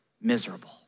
miserable